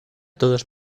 todos